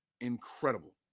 incredible